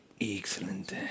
Excellent